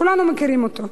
כולנו מכירים אותו.